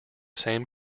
same